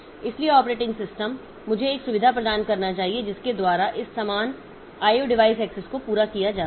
इसलिए operating system मुझे एक सुविधा प्रदान करना चाहिए जिसके द्वारा इस समान IO डिवाइस एक्सेस को पूरा किया जा सके